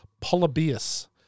Polybius